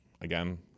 again